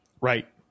Right